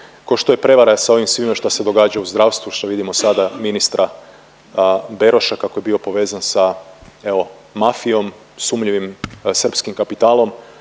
Kao što je prevara sa ovim svime što se događa u zdravstvu, što vidimo sada ministra Beroša kako je bio povezan sa evo, mafijom, sumnjivim srpskim kapitalom,